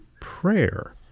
prayer